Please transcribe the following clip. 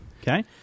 Okay